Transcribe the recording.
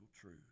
truth